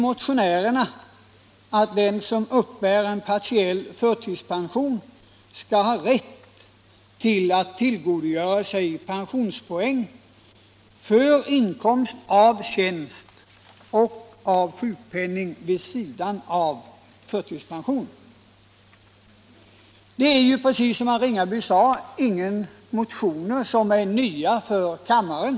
Motionärerna anser att den som uppbär partiell förtidspension skall ha rätt att tillgodoräkna sig pensionspoäng för inkomst av tjänst och av sjukpenning vid sidan av förtidspensionen. Precis som herr Ringaby sade är det här inga nya motioner för kammaren.